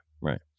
Right